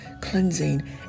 cleansing